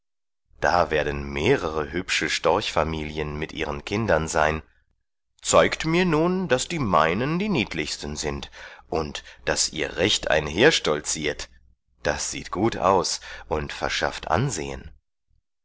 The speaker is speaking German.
da werden mehrere hübsche storchfamilien mit ihren kindern sein zeigt mir nun daß die meinen die niedlichsten sind und daß ihr recht einherstolziert das sieht gut aus und verschafft ansehen